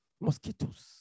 Mosquitoes